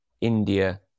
India